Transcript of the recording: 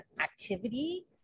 activity